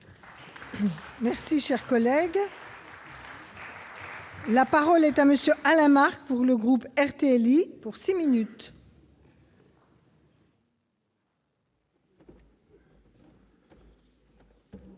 Merci, cher collègue. La parole est à monsieur Alain Marc, pour le groupe RTL il pour 6 minutes. Madame